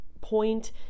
point